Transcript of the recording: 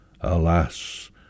alas